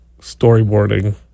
storyboarding